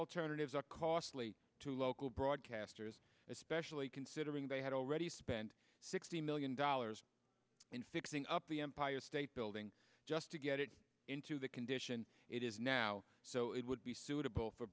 lternatives are costly to local broadcasters especially considering they had already spent sixty million dollars in fixing up the empire state building just to get it into the condition it is now so it would be suitable for